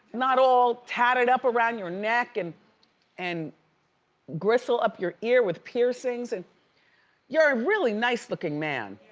not all tatted up around your neck and and gristle up your ear with piercings. and you're a really nice looking man.